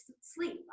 sleep